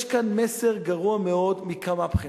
יש כאן מסר גרוע מאוד, מכמה בחינות.